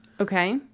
Okay